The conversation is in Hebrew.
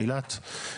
אילת.